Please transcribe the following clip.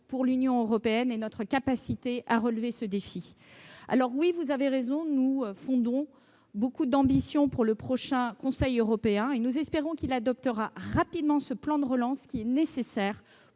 pour l'Union européenne et pour notre capacité à relever ce défi. Vous avez raison, nous fondons beaucoup d'ambition sur le prochain Conseil européen. Nous espérons qu'il adoptera rapidement ce plan de relance nécessaire